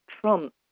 Trump